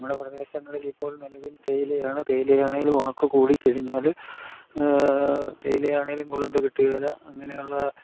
നമ്മുടെ പ്രദേശങ്ങളിൽ ഇപ്പോൾ നിലവിൽ തേയിലയാണ് തേയില ആണെങ്കിലും ഉണക്ക് കൂടി കഴിഞ്ഞാൽ തേയിലയാണെങ്കിലും കുളന്ത് കിട്ടുകയില്ല അങ്ങനെയുള്ള